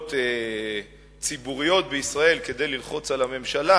פעולות ציבוריות בישראל כדי ללחוץ על הממשלה,